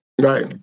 Right